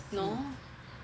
no